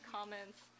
Comments